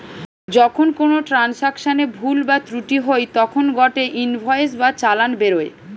যখন কোনো ট্রান্সাকশনে ভুল বা ত্রুটি হই তখন গটে ইনভয়েস বা চালান বেরোয়